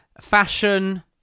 Fashion